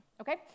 Okay